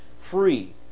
free